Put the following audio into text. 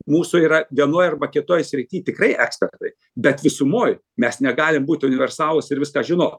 mūsų yra vienoj arba kitoj srity tikrai ekspertai bet visumoj mes negalim būt universalūs ir viską žinot